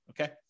Okay